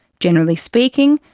generally speaking,